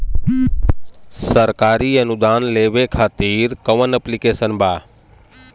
सरकारी अनुदान लेबे खातिर कवन ऐप्लिकेशन बा?